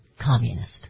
communist